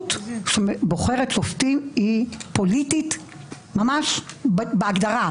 שבוחרת שופטים היא פוליטית ממש בהגדרה,